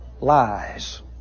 Lies